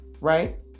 right